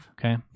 okay